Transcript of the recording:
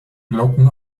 glocken